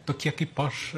tokie kaip aš